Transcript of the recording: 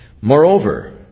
Moreover